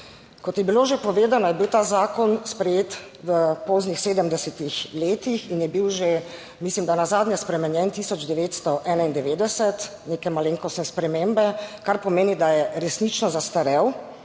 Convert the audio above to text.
Kot je bilo že povedano, je bil ta zakon sprejet v poznih 70 letih in je bil, mislim, da nazadnje spremenjen leta 1991, neke malenkostne spremembe. Kar pomeni, da je resnično zastarel.